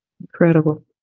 Incredible